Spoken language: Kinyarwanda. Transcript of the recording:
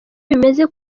bimeze